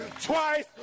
twice